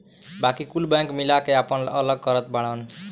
बाकी कुल बैंक मिला के आपन अलग करत बाड़न